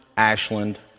Ashland